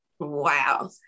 Wow